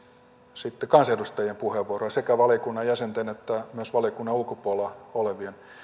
kansanedustajien puheenvuoroja sekä valiokunnan jäsenten että myös valiokunnan ulkopuolella olevien